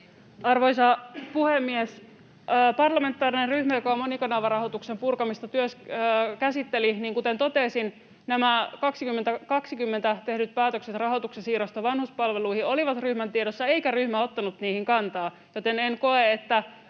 Kuten totesin, parlamentaarisessa ryhmässä, joka monikanavarahoituksen purkamista käsitteli, nämä 2020 tehdyt päätökset rahoituksen siirrosta vanhuspalveluihin olivat ryhmän tiedossa eikä ryhmä ottanut niihin kantaa, joten en koe, että